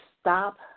stop